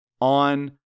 on